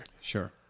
Sure